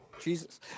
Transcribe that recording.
Jesus